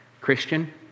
Christian